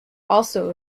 also